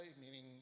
meaning